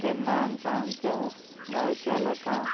जेन्ना आमकां आमच्या गांवच्या लोकांक